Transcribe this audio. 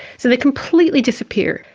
so they completely disappeared,